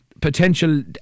potential